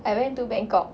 I went to bangkok